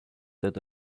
that